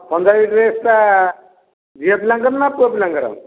ପଞ୍ଜାବୀ ଡ୍ରେସ୍ଟା ଝିଅ ପିଲାଙ୍କର ନା ପୁଅ ପିଲାଙ୍କର